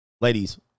ladies